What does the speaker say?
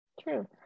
True